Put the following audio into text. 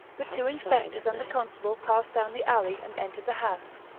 the two inspectors and the constable passed down the alley and entered the house.